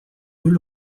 mieux